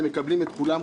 הם מקבלים את כולם,